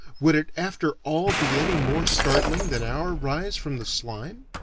would it after all be any more startling than our rise from the slime?